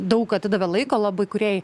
daug atidavė laiko labai kūrėjai